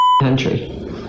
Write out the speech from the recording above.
country